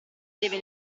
deve